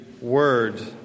word